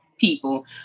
people